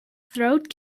throat